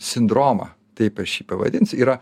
sindromą taip aš jį pavadinsiu yra